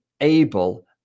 able